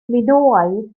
minoaidd